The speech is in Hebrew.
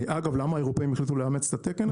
אגב, למה האירופאים החליטו לאמץ את התקן הזה?